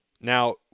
Now